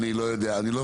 אני לא יודע, אני לא